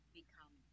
become